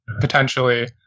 potentially